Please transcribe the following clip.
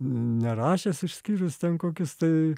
nerašęs išskyrus ten kokius tai